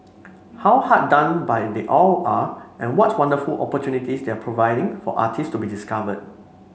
how hard done by they all are and what wonderful opportunities they're providing for artists to be discovered